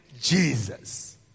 Jesus